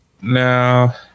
Now